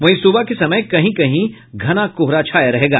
वहीं सुबह के समय कहीं कहीं घना कोहरा छाया रहेगा